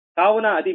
కావున అది మీ 12